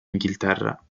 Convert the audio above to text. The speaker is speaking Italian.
inghilterra